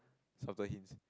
subtle hints